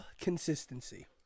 consistency